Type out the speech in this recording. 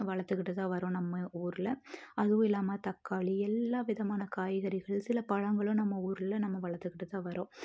வளர்த்துக்கிட்டு தான் வரோம் நம்ம ஊரில் அதுவும் இல்லாமல் தக்காளி எல்லாம் விதமான காய்கறிகள் சில பழங்களும் நம்ம ஊரில் நம்ம வளர்த்துக்கிட்டு தான் வரோம்